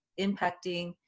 impacting